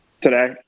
today